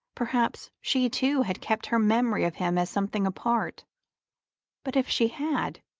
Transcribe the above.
perhaps she too had kept her memory of him as something apart but if she had,